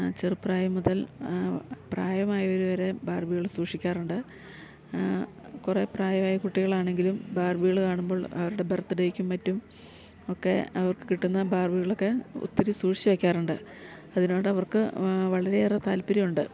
ചെറുപ്രായം മുതൽ പ്രായമായര് വരെ ബാർബികള് സൂക്ഷിക്കാറുണ്ട് കുറെ പ്രായവായ കുട്ടികളാണെങ്കിലും ബാർബികള് കാണുമ്പോൾ അവരുടെ ബർത്ത്ഡേയ്ക്കും മറ്റും ഒക്കെ അവർക്ക് കിട്ടുന്ന ബാർബികളൊക്കെ ഒത്തിരി സൂക്ഷിച്ച് വെക്കാറുണ്ട് അതിനോടവർക്ക് വളരെയേറെ താല്പര്യമുണ്ട്